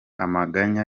amaganya